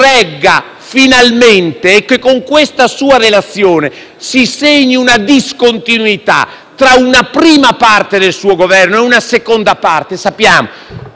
tra una prima parte del suo Governo e una seconda parte. Sappiamo che c'è la campagna elettorale, ci sono le elezioni europee, ci saranno mille polemiche: speriamo che non inquinino